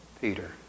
Peter